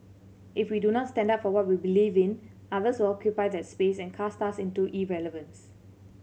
if we do not stand up for what we believe in others will occupy that space and cast us into irrelevance